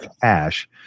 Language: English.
cash